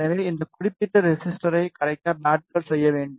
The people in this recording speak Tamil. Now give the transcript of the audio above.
எனவே இந்த குறிப்பிட்ட ரெசிஸ்டரைக் கரைக்க பேட்கள் செய்ய வேண்டும்